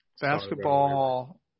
Basketball